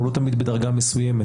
הוא לא תמיד בדרגה מסוימת.